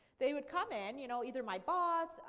they would come in, you know either my boss,